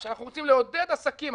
כשאנחנו רוצים לעודד עסקים,